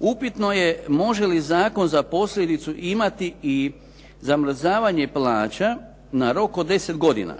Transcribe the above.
Upitno je može li zakon za posljedicu imati i zamrzavanje plaća na rok od deset godina